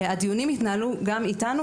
הדיונים התנהלו גם איתנו.